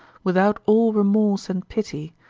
without all remorse and pity,